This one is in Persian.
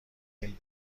این